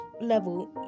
level